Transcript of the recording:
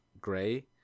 gray